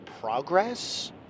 progress